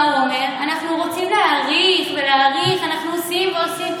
אנחנו רוצים להאריך ולהאריך, אנחנו עושים ועושים.